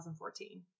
2014